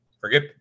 Forget